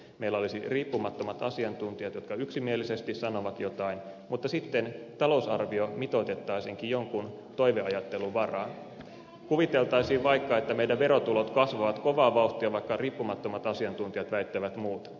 meillä olisi riippumattomat asiantuntijat jotka yksimielisesti sanovat jotain mutta sitten talousarvio mitoitettaisiinkin jonkun toiveajattelun varaan kuviteltaisiin vaikka että verotulot kasvavat kovaa vauhtia vaikka riippumattomat asiantuntijat väittävät muuta